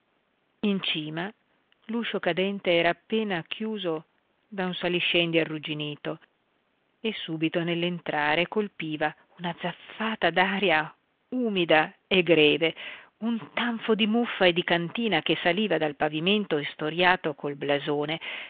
in cima l'uscio cadente era appena chiuso da un saliscendi arrugginito e subito nell'entrare colpiva una zaffata d'aria umida e greve un tanfo di muffa e di cantina che saliva dal pavimento istoriato col blasone